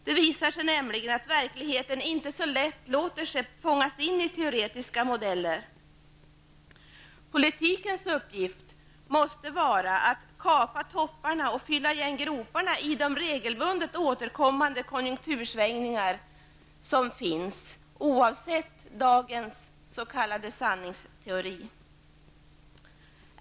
Det visar sig nämligen att verkligheten inte så lätt låter sig fångas in i teoretiska modeller. Politikens uppgift måste vara att kapa topparna och fylla igen groparna i de regelbundet återkommande konjunktursvängningarna, oavsett dagens s.k. sanningsteori.